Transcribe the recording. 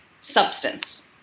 substance